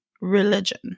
religion